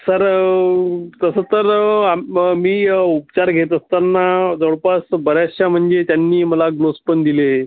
sir तसं तर आम ब मी उपचार घेत असतांना जवळपास बऱ्याचशा म्हणजे त्यांनी मला ग्लोस पण दिले